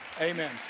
Amen